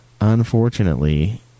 unfortunately